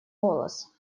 голос